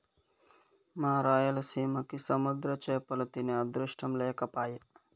మా రాయలసీమకి సముద్ర చేపలు తినే అదృష్టం లేకపాయె